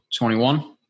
21